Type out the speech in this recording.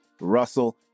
russell